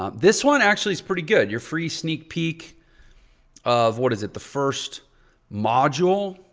um this one actually is pretty good. your free sneak peek of what is it? the first module.